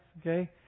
okay